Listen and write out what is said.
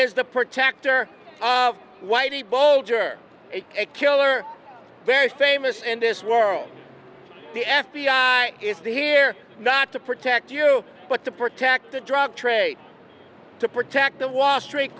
is the protector of whitey bolger a killer very famous in this world the f b i is the here not to protect you but to protect the drug trade to protect the wall street